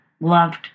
Loved